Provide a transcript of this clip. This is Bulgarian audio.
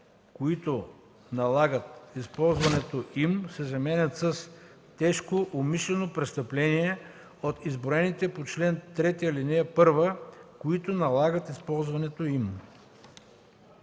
които налагат използването им” се заменят с „тежко умишлено престъпление от изброените по чл. 3, ал. 1, които налагат използването им”.